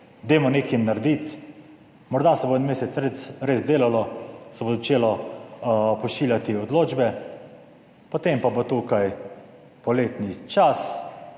dajmo nekaj narediti, morda se bo en mesec res, delalo, se bo začelo, pošiljati odločbe, potem pa bo tukaj poletni čas,